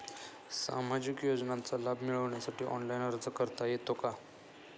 सामाजिक योजनांचा लाभ मिळवण्यासाठी ऑनलाइन अर्ज करता येतो का?